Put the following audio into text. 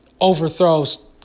overthrows